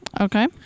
Okay